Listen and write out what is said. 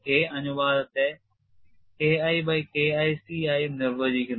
K അനുപാതത്തെ K I by K IC ആയി നിർവചിക്കുന്നു